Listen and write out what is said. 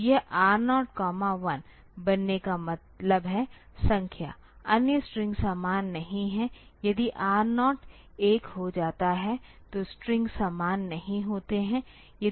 तो यह R01 बनने का मतलब है संख्या अन्य स्ट्रिंग समान नहीं हैं यदि R 0 1 हो जाता है तो स्ट्रिंग समान नहीं होते हैं